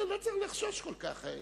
לא צריך לחשוש כל כך.